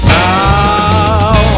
Now